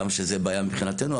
גם שזה בעיה מבחינתו,